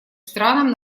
странам